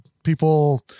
People